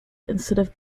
instead